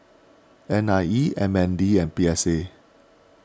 N I E M N D and P S A